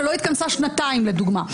שלא התכנסה שנתיים לדוגמה.